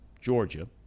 Georgia